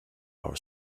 our